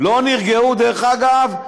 לא נרגעו, דרך אגב,